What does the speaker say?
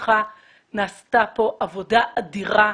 שבזכותך נעשתה פה עבודה אדירה.